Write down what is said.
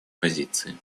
позиции